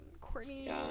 Courtney